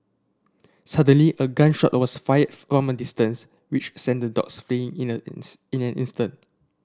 suddenly a gun shot was fired from a distance which sent the dogs fleeing in an in an instant